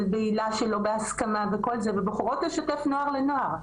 בעילה שלא בהסכמה וכל זה והן בוחרות לשתף נוער לנוער.